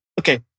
okay